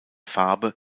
farbe